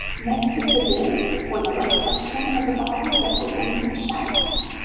next is the div for the white section of the bar that opens and shuts.